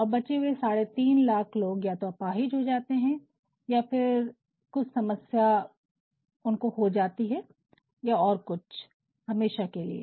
और बचे हुए साढ़े तीन लाख लोग या तो अपाहिज हो जाते हैं या फिर उनको कुछ समस्या होती है या कुछ और हमेशा के लिए